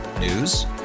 News